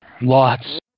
Lots